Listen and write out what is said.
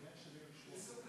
השרה